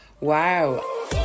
wow